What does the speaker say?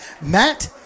Matt